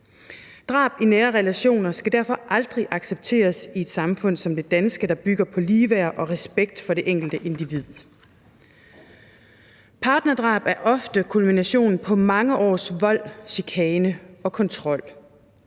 Drab i nære relationer skal derfor aldrig accepteres i et samfund som det danske, der bygger på ligeværd og respekt for det enkelte individ. Partnerdrab er ofte kulminationen på mange års vold, chikane og kontrol.